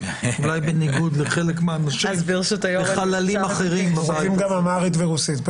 תאריך אישור הנמען כאמור יהיה תאריך מתן ההודעה,"